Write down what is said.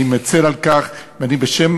אני מצר על כך, ואני, בשם